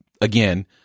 again –